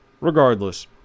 Regardless